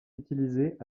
utilisée